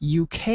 UK